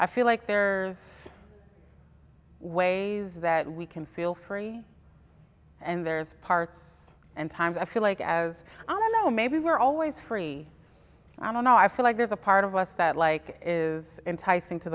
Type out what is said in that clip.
i feel like there ways that we can feel free and there are part and times i feel like as i don't know maybe we're always free i don't know i feel like there's a part of us that like is enticing to